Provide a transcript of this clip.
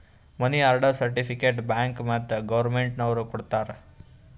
ಮನಿ order certificate bank ಮತ್ತ್ government ನವ್ರು ಕೊಡ್ತಾರ